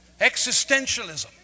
existentialism